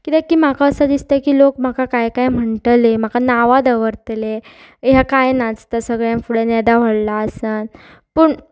कित्याक की म्हाका असो दिसता की लोक म्हाका कांय कांय म्हणटले म्हाका नांवां दवरतले ह्या कांय नाचता सगळ्यांक फुडें नेदां व्हडलां आसन पूण